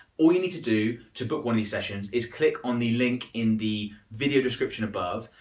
all you need to do, to book one of these sessions, is click on the link in the video description above.